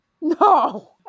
No